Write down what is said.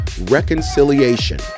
Reconciliation